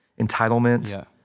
entitlement